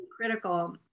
critical